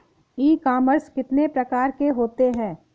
ई commerce कितने प्रकार के होते हैं?